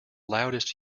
loudest